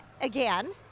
again